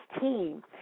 team